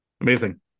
Amazing